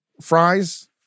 Fries